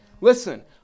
Listen